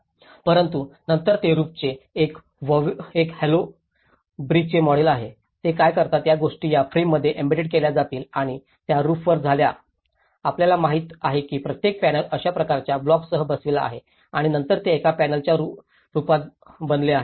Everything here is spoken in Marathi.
परंतु नंतर हे रूफांचे एक हॉलोव ब्रिकंचे मॉडेल आहे ते काय करतात या गोष्टी या फ्रेममध्ये एम्बेड केल्या जातील आणि त्या रूफवर झाल्या आपल्याला माहिती आहे की प्रत्येक पॅनेल अशा प्रकारच्या ब्लॉक्ससह बसविला आहे आणि नंतर ते एका पॅनेलच्या रूपात बनले आहे